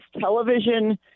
television